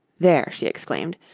there! she exclaimed,